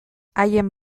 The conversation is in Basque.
haien